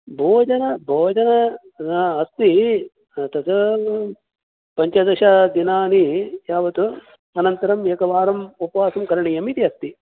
भोजन भोजन अस्ति तद् पञ्चदशदिनानि यावत् अनन्तरम् एकवारम् उपवासं करणीयमिति अस्ति